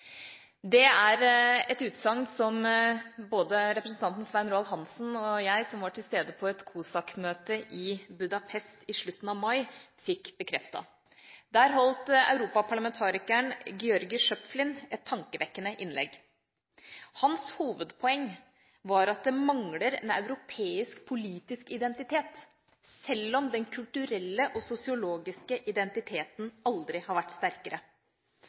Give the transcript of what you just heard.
Det er et utsagn som både representanten Svein Roald Hansen og jeg, som var til stede på et COSAC-møte i Budapest i slutten av mai, fikk bekreftet. Der holdt europaparlamentarikeren György Schöpflin et tankevekkende innlegg. Hans hovedpoeng var at det mangler en europeisk politisk identitet, selv om den kulturelle og sosiologiske identiteten aldri har vært sterkere.